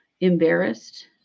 embarrassed